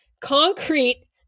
Concrete